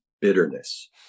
bitterness